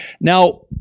Now